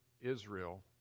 Israel